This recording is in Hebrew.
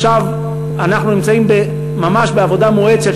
עכשיו אנחנו נמצאים ממש בעבודה מואצת